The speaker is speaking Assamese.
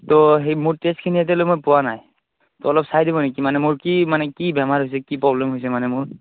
তো সেই মোৰ টেষ্টখিনি এতিয়ালৈ মই পোৱা নাই তো অলপ চাই দিব নেকি মানে মোৰ কি বেমাৰ হৈছে কি প্ৰবলেম হৈছে মানে মোৰ